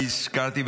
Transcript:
אני הזכרתי,